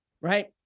right